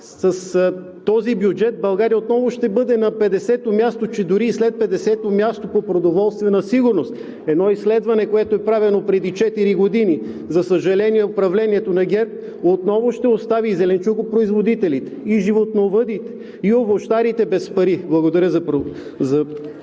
С този бюджет България отново ще бъде на 50-о място, че дори и след 50-о място по продоволствена сигурност. Едно изследване, което е правено преди четири години. За съжаление, управлението на ГЕРБ отново ще остави и зеленчукопроизводителите, и животновъдите, и овощарите без пари. Благодаря.